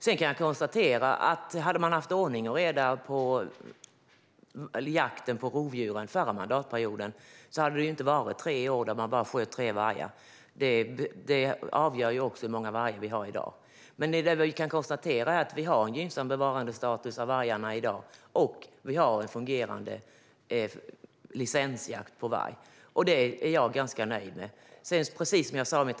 Men hade man haft ordning och reda i jakten på rovdjuren förra mandatperioden hade det inte varit tre år då man bara sköt tre vargar. Detta avgör ju också hur många vargar vi har i dag. Men det vi kan konstatera är att vi i dag har en gynnsam bevarandestatus för vargarna och en fungerande licensjakt på varg. Det är jag ganska nöjd med.